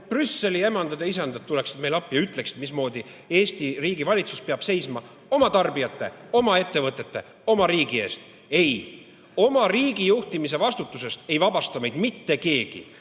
Brüsseli emandad ja isandad tuleksid meile appi ja ütleksid, mismoodi Eesti riigi valitsus peab seisma oma tarbijate, oma ettevõtete, oma riigi eest. Ei! Oma riigi juhtimise vastutusest ei vabasta meid mitte keegi,